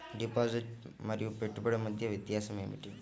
Deposit మరియు పెట్టుబడి మధ్య వ్యత్యాసం ఏమిటీ?